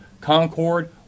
Concord